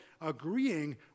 agreeing